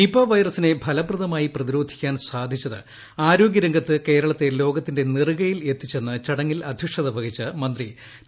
Nipah വൈറസിനെ ഫലപ്രദമായി പ്രതിരോധിക്കാൻ സാധിച്ചത് ആരോഗ്യ രംഗത്ത് കേരളത്തെ ലോകത്തിന്റെ നെറുകയിൽ എത്തിച്ചെന്ന് ചടങ്ങിൽ അദ്ധ്യക്ഷത വഹിച്ച മന്ത്രി ടി